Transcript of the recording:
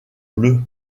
bleus